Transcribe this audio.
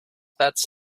that’s